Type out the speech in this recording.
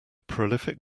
prolific